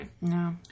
No